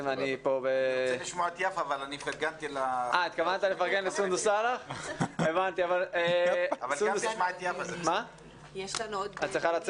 אני רוצה לשמוע את יפה בן דוד אבל פרגנתי לסונדוס סאלח שצריכה לצאת.